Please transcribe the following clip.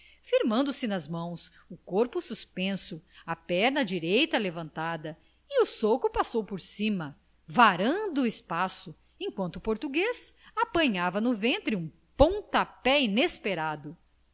firmando se nas mãos o corpo suspenso a perna direita levantada e o soco passou por cima varando o espaço enquanto o português apanhava no ventre um pontapé inesperado